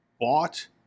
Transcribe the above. bought